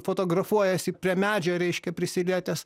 fotografuojasi prie medžio reiškia prisilietęs